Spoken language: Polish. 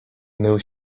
mył